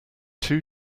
two